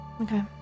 Okay